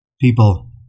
people